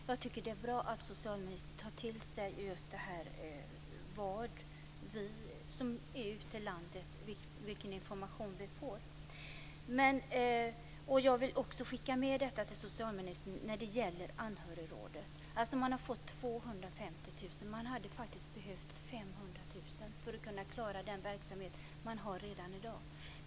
Fru talman! Det är bra att socialministern tar till sig just frågan om vilken information vi som är ute i landet får. Jag vill också skicka det jag har sagt om Anhörigrådet med socialministern. Man har fått 250 000, men man hade behövt 500 000 för att kunna klara den verksamhet man har redan i dag.